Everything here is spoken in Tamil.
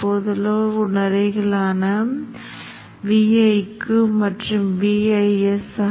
இப்போது இதனுடன் நாம் ஆர்வமுள்ள இன்னும் சில அலை வடிவங்களைப் பார்ப்போம்